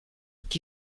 qui